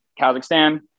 Kazakhstan